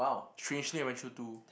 strangely I went through two